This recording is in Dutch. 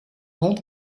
hond